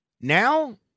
Now